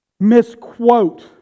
misquote